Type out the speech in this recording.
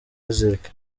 music